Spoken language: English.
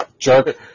jerk